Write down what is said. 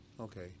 Okay